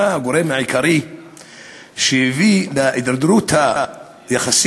מה הגורם העיקרי להידרדרות היחסים.